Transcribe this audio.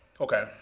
Okay